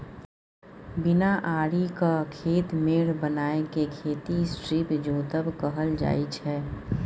बिना आरिक खेत मेढ़ बनाए केँ खेती स्ट्रीप जोतब कहल जाइ छै